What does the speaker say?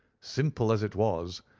simple as it was,